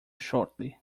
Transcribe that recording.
shortly